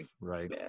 Right